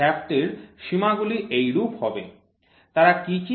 তাই শ্যাফ্টের সীমাগুলি এইরূপ হবে তারা কি কি